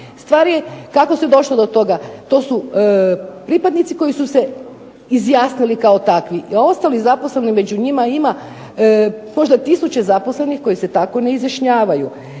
Stvar je kako se došlo do toga? To su pripadnici koji su se izjasnili kao takvi, a ostali zaposleni među njima ima možda tisuće zaposlenih koji se tako ne izjašnjavaju.